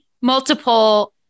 Multiple